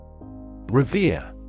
Revere